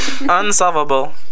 Unsolvable